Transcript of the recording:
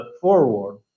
forward